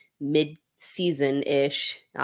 mid-season-ish